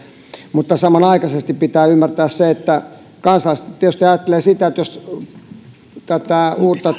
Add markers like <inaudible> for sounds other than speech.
mutta samanaikaisesti pitää ymmärtää se että kansalaiset tietysti ajattelevat sitä ruvetaanko tätä uutta <unintelligible>